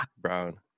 brown